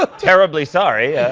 ah terribly sorry. yeah